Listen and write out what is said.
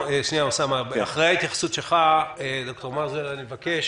אחרי ההתייחסות שלך, ד"ר מרזל, אבקש